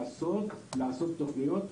לעשות תוכניות,